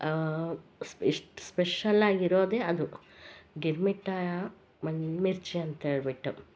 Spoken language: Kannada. ಎಷ್ಟು ಸ್ಪೆಷಲ್ ಆಗಿರೋದೇ ಅದು ಗಿರ್ಮಿಟ್ಟ ಮಿರ್ಚಿ ಅಂತ ಹೇಳ್ಬಿಟ್ಟು